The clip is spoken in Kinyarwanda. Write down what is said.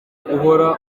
guhora